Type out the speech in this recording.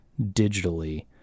digitally